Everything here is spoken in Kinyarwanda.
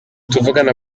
tuvugana